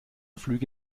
flüge